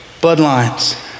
bloodlines